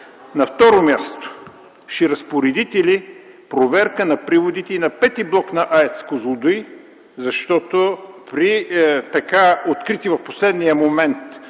На второ място, ще разпоредите ли проверка на приводите на V блок на АЕЦ „Козлодуй”, защото при открити в последния момент